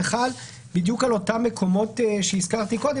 זה חלק בדיוק על אותם מקומות שהזכרתי קודם,